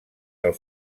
del